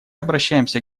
обращаемся